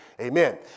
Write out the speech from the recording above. Amen